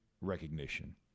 recognition